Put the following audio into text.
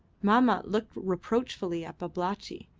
mahmat looked reproachfully at babalatchi.